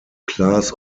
class